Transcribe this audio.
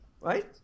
right